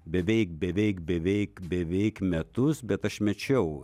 beveik beveik beveik beveik metus bet aš mečiau